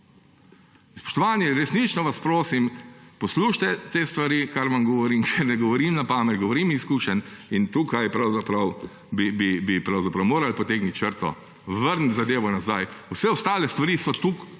Spoštovani, resnično vas prosim, poslušajte te stvari, kar vam govorim, ker ne govorim na pamet, govorim iz izkušenj. In tukaj bi pravzaprav morali potegniti črto, vrniti zadevo nazaj. Vse ostale stvari so toliko